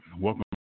Welcome